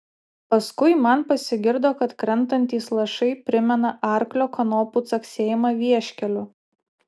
paskui man pasigirdo kad krentantys lašai primena arklio kanopų caksėjimą vieškeliu